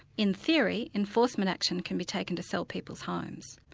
in theory, enforcement action can be taken to sell people's homes.